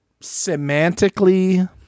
semantically